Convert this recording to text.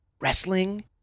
Wrestling